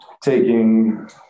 taking